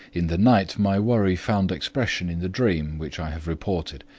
in the night my worry found expression in the dream which i have reported,